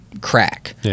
crack